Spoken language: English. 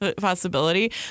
possibility